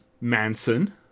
Manson